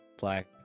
black